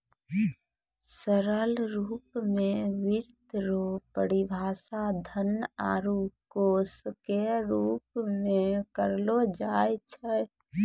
सरल रूप मे वित्त रो परिभाषा धन आरू कोश के रूप मे करलो जाय छै